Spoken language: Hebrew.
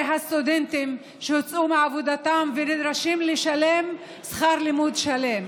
זה הסטודנטים שהוצאו מעבודתם ונדרשים לשלם שכר לימוד שלם,